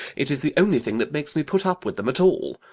it is the only thing that makes me put up with them at all.